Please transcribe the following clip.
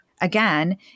again